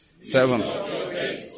Seven